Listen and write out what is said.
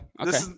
Okay